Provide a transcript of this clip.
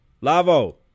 Lavo